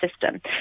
system